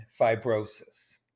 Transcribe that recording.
fibrosis